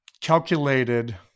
calculated